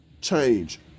change